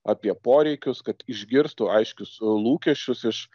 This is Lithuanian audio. apie poreikius kad išgirstų aiškius lūkesčius iš